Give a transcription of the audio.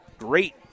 Great